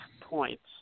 points